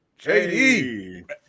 JD